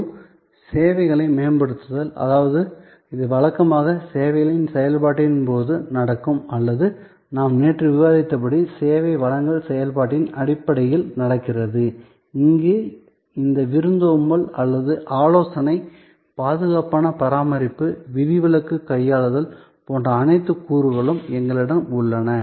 மற்றும் சேவைகளை மேம்படுத்துதல் அதாவது இது வழக்கமாக சேவையின் செயல்பாட்டின் போது நடக்கும் அல்லது நாம் நேற்று விவாதித்தபடி சேவை வழங்கல் செயல்பாட்டின் நிலையில் நடக்கிறது அங்கு இந்த விருந்தோம்பல் அல்லது ஆலோசனை பாதுகாப்பான பராமரிப்பு விதிவிலக்கு கையாளுதல் போன்ற அனைத்து கூறுகளும் எங்களிடம் உள்ளன